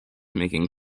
making